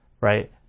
right